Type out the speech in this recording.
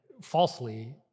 falsely